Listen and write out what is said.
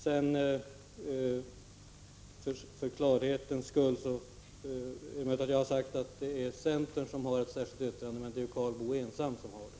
Det är möjligt att jag sade att centern har ett särskilt yttrande, men för klarhetens skull vill jag framhålla att Karl Boo ensam står för yttrandet.